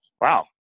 wow